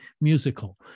musical